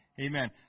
Amen